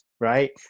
right